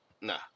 Nah